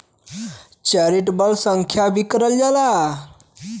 charitable संस्था भी कहल जाला